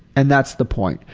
and that's the point.